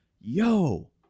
Yo